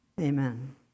amen